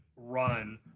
Run